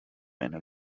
einer